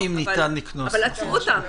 אבל עצרו אותם,